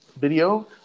video